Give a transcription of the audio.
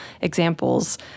examples